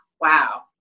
wow